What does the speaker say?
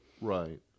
Right